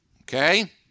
okay